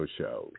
show